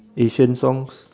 asian songs